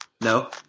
No